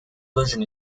version